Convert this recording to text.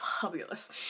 fabulous